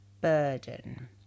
burden